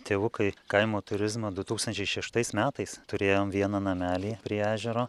tėvukai kaimo turizmą du tūkstančiai šeštais metais turėjom vieną namelį prie ežero